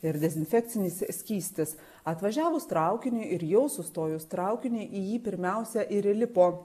ir dezinfekcinis skystis atvažiavus traukiniui ir jau sustojus traukiniui į jį pirmiausia ir įlipo